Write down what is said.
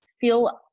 feel